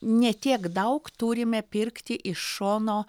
ne tiek daug turime pirkti iš šono